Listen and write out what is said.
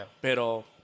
Pero